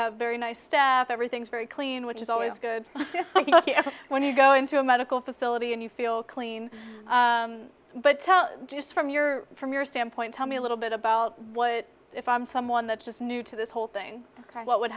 have very nice staff everything's very clean which is always good when you go into a medical facility and you feel clean but tell just from your from your standpoint tell me a little bit about what if i'm someone that's just new to this whole thing what would